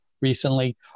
recently